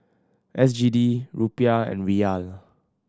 S G D Rupiah and Riyal